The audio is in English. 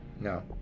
no